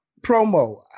promo